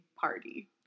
party